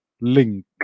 link